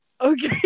okay